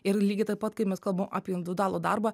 ir lygiai taip pat kai mes kalbam apie individualų darbą